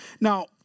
Now